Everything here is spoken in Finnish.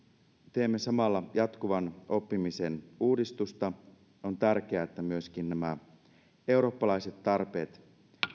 teemme samalla jatkuvan oppimisen uudistusta on tärkeää että myöskin nämä eurooppalaiset tarpeet